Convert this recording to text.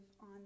on